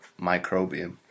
microbiome